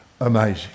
amazing